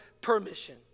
permission